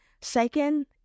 Second